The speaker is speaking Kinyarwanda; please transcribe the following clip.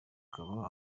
akaba